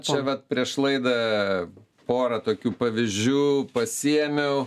čia vat prieš laidą porą tokių pavyzdžių pasiėmiau